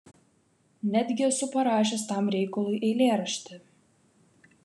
netgi esu parašęs tam reikalui eilėraštį